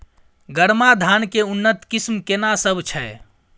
गरमा धान के उन्नत किस्म केना सब छै?